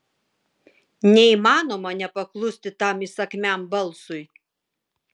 neįmanoma nepaklusti tam įsakmiam balsui